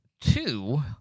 two